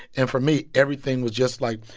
and for me, everything was just, like,